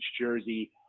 jersey